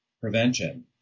prevention